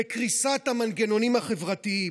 וקריסת המנגנונים החברתיים.